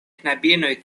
knabinoj